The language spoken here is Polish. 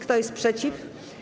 Kto jest przeciw?